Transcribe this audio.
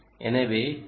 எனவே ஐ